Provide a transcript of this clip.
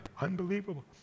Unbelievable